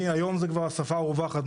היום זה כבר השפה הרווחת.